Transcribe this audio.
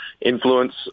influence